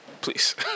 please